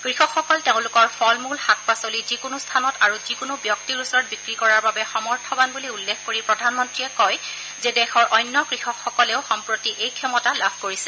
কৃষকসকল তেওঁলোকৰ ফল মূল শাক পাচলি যিকোনো স্থানত আৰু যিকোনো ব্যক্তিৰ ওচৰত বিক্ৰী কৰাৰ বাবে সমৰ্থবান বুলি উল্লেখ কৰি প্ৰধানমন্ত্ৰীয়ে কয় যে দেশৰ অন্য কৃষকসকলেও সম্প্ৰতি এই ক্ষমতা লাভ কৰিছে